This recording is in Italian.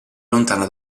lontana